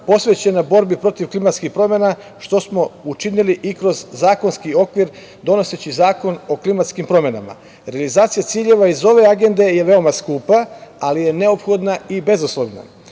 posvećena borbi protiv klimatskih promena, što smo učinili i kroz zakonski okvir donoseći zakon o klimatskim promenama. Realizacija ciljeva iz ove agende je veoma skupa, ali je nophodna i bezuslovna.